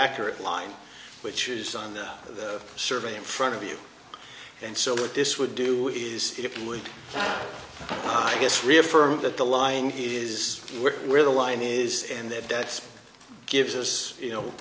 accurate line which is on the survey in front of you and so what this would do is it would i guess reaffirm that the lying is where the line is and their debts gives us you know